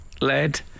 lead